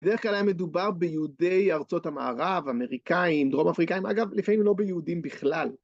בדרך כלל מדובר ביהודי ארצות המערב, אמריקאים, דרום אפריקאים, אגב לפעמים לא ביהודים בכלל.